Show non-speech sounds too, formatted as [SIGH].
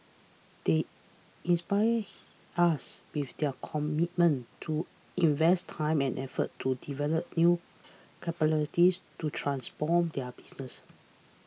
they inspire [NOISE] us with their commitment to invest time and effort to develop new capabilities to transform their businesses